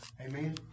Amen